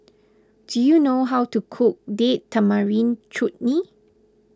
do you know how to cook Date Tamarind Chutney